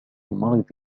مرض